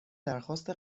درخواست